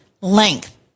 length